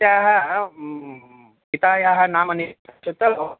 अस्याः पितायाः नामनि चेत्